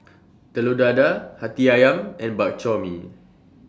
Telur Dadah Hati Ayam and Bak Chor Mee